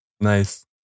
nice